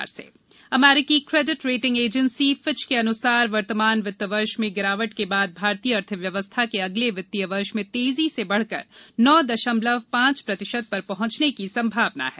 अर्थव्यवस्था अमरीकी credit rating agency Fitch के अनुसार वर्तमान वित्त वर्ष में गिरावट के बाद भारतीय अर्थव्यवस्था के अगले वित्तीय वर्ष में तेजी से बढ़कर नौ दशमलव पांच प्रतिशत पर पहुंचने की संभावना है